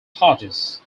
hodges